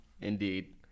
Indeed